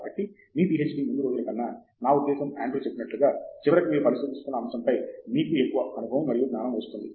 కాబట్టి మీ పీహెచ్డీ ముందు రోజుల కన్నా నా ఉద్దేశ్యం ఆండ్రూ చెప్పినట్లుగా చివరికి మీరు పరిశీలిస్తున్న అంశం పై మీకు ఎక్కువ అనుభవం మరియు జ్ఞానం వస్తుంది